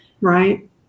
Right